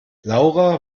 laura